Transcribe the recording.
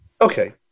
Okay